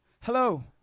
Hello